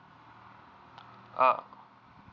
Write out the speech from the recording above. uh